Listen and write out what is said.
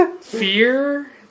Fear